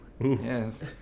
Yes